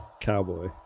cowboy